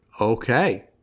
Okay